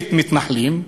ממשלת מתנחלים,